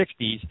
1960s